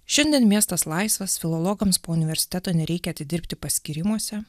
šiandien miestas laisvas filologams po universiteto nereikia atidirbti paskyrimuose